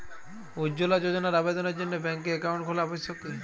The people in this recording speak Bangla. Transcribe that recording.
উজ্জ্বলা যোজনার আবেদনের জন্য ব্যাঙ্কে অ্যাকাউন্ট খোলা আবশ্যক কি?